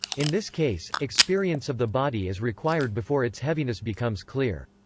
in this case, experience of the body is required before its heaviness becomes clear.